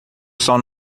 sol